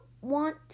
want